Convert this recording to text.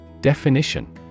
Definition